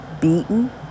beaten